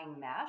mesh